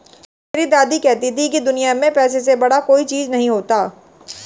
मेरी दादी कहती थी कि दुनिया में पैसे से बड़ा कोई चीज नहीं होता